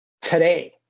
today